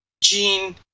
gene